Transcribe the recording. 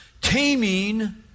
Taming